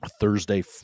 Thursday